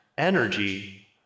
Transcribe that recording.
Energy